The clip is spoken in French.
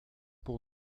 pour